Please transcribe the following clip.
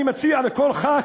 אני מציע לכל חבר